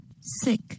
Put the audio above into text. sick